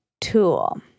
tool